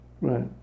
right